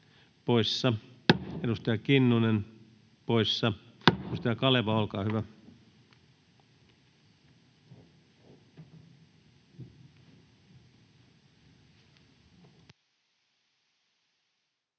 poissa, edustaja Kinnunen poissa. — Edustaja Kaleva, olkaa hyvä.